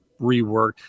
reworked